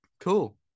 cool